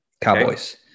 Cowboys